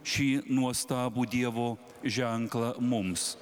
šį nuostabų dievo ženklą mums